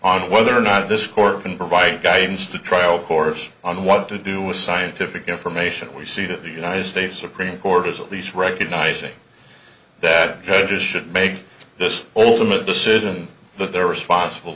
on whether or not this court can provide guidance to trial course on what to do with scientific information we see that the united states supreme court is at least recognizing that judges should make this oldham a decision that they're responsible